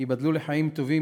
ייבדלו לחיים טובים,